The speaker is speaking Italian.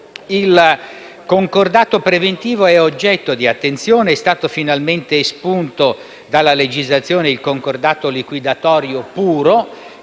Il concordato preventivo è oggetto di attenzione; è stato finalmente espunto dalla legislazione il concordato liquidatorio puro,